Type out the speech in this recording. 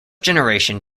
generation